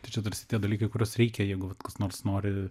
tai čia tarsi tie dalykai reikia jeigu vat kas nors nori